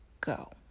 go